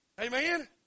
Amen